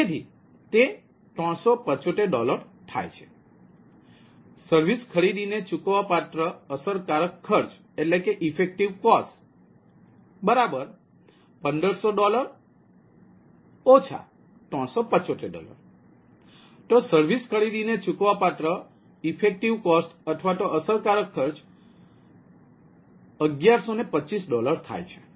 તેથી તે 375 છે સર્વિસ ખરીદી 1500 375 સર્વિસ ખરીદી 1125 થાય છે